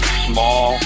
small